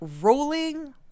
rolling